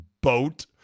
boat